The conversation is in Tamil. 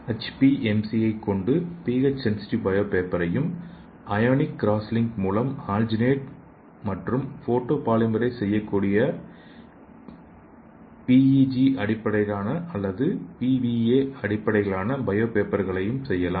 ஹெச்பிஎம்சியை கொண்டு பிஹெச் சென்சிடிவ் பயோ பேப்பரையும் அயோனிக் கிராஸ் லிங்க் மூலம் ஆல்ஜினேட் மற்றும் ஃபோட்டோ பாலிமரைஸ் செய்யக்கூடிய பிஇஜி அடிப்படையிலான அல்லது பிவிஏ அடிப்படையிலான பயோ பேப்பர்களையும் செய்யலாம்